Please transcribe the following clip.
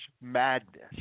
madness